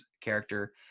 character